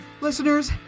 Listeners